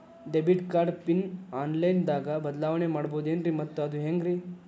Debit card pin online ದಾಗ ಬದಲಾವಣೆ ಮಾಡಬಹುದೇನ್ರಿ ಮತ್ತು ಅದು ಹೆಂಗ್ರಿ?